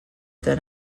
than